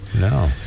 No